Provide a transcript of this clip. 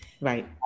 Right